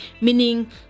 Meaning